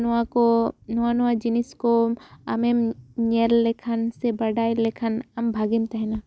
ᱱᱚᱣᱟ ᱱᱚᱣᱟ ᱠᱚ ᱱᱚᱣᱟ ᱱᱚᱣᱟ ᱡᱤᱱᱤᱥ ᱠᱚ ᱟᱢᱮᱢ ᱧᱮᱞ ᱞᱮᱠᱷᱟᱱ ᱥᱮᱢ ᱵᱟᱰᱟᱭ ᱞᱮᱠᱷᱟᱱ ᱟᱢ ᱵᱷᱟᱹᱜᱮᱢ ᱛᱟᱦᱮᱱᱟ